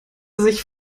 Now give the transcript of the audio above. sich